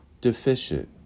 deficient